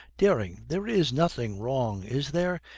dering, there is nothing wrong, is there?